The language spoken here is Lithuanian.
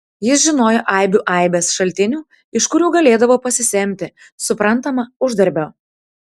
jis žinojo aibių aibes šaltinių iš kurių galėdavo pasisemti suprantama uždarbio